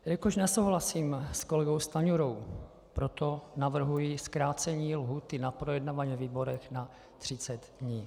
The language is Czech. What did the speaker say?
Jelikož nesouhlasím s kolegou Stanjurou, proto navrhuji zkrácení lhůty na projednávání ve výborech na 30 dnů.